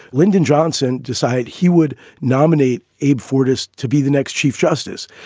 lyndon johnson decided he would nominate abe fortas to be the next chief justice.